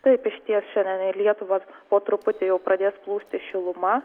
taip išties šiandien į lietuvą po truputį jau pradės plūsti šiluma